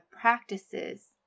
practices